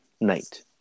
night